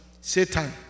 Satan